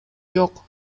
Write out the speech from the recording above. жок